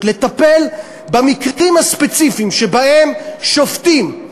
לטפל במקרים הספציפיים שבהם שופטים,